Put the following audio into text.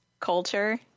culture